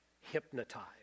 hypnotized